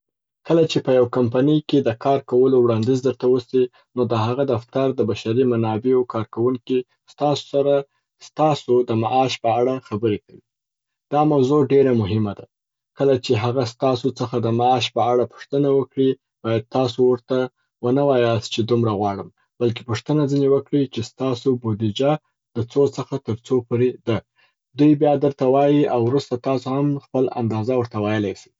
کله چې په یو کمپنۍ کې د کار کولو وړاندیز درته وسي نو د هغه دفتر د بشري منابعو کارکوونکي ستاسو سره ستاسو د معاش په اړه خبري کوي. دا موضوع ډېره مهمه ده. کله چې هغه ستاسو څخه د معاش په اړه پوښتنه وکړي باید تاسو ورته و نه وایاست چې دومره غواړم، بلکي پوښتنه ځیني وکړئ چې ستاسو بودیجه د څو څخه تر څو پوري ده. دوی بیا درته وايي، او وروسته تاسو هم خپل اندازه ورته ویلای سي.